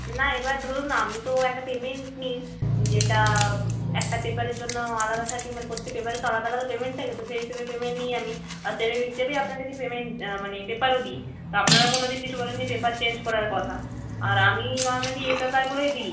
না এবার ধরুন আমি তো একটা পেমেন্ট নিই যেটা একটা পেপারের জন্য আলাদা থাকে মানে প্রত্যেক পেপারের তো আলাদা আলাদা পেমেন্ট থাকে তো সেই হিসেবে পেমেন্ট নিই আমি আর সেটার হিসেবেই আপনাদের পেমেন্ট মানে পেপারও দিই তো আপনারা কোনো দিন কিছু বলেন নি পেপার চেঞ্জ করার কথা আর আমি নর্মালি এই পেপারগুলোই দিই